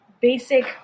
basic